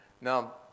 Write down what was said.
Now